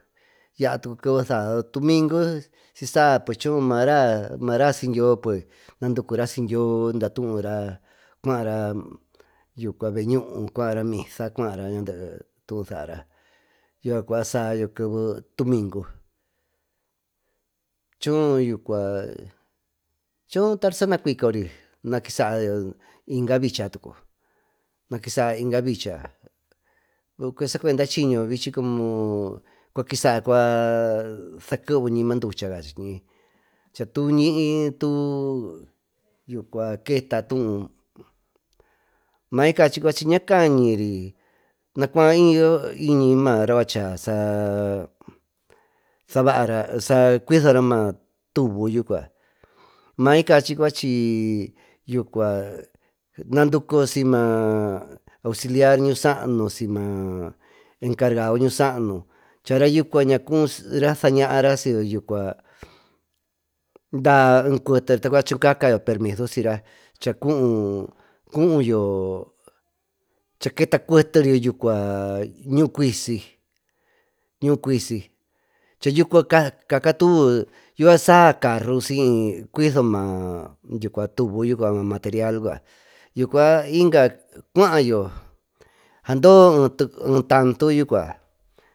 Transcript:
Tumingo sisa mara sidyloo nanducura siydiyoo datuura cuaara veeñuu cuaar misa nandee tuu saara keve tumingo choo tary sanacuicory nakisayo inga vika tucu vicy sacuenda chiño vichy cuakisa cuasakeveñy marducha cakiñy chatuñiy tuketa tuu may cachy cuachy ñacañyry nacuay ñy y yo maraa cuachaa sacuisora maa tuvo yucua may kachy nadukuyo siyna auxiliar ñuusaanu sima encargao ñuusaanu raayu cuaña cuura saañaara siyo tacua daecueterio cacayo permiso siyra chacuuyo cha keta cueterio ñuu cuisy yucua catuviyo yucua saa carro saa cuiso tuvo yuca material yucua cuaayo saadoyo etanto.